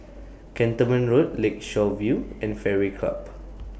Cantonment Road Lakeshore View and Fairway Club